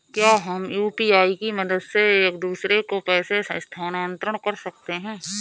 क्या हम यू.पी.आई की मदद से एक दूसरे को पैसे स्थानांतरण कर सकते हैं?